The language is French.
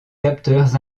capteurs